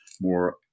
more